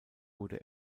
wurde